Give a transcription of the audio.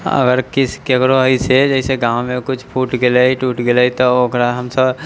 अगर किछु ककरो होइ छै जैसे गाँवमे किछु फूटि गेलै टूटि गेलै तऽ ओकरा हमसब